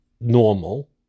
normal